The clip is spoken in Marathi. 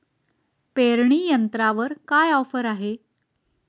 पेरणी यंत्रावर काय ऑफर आहे?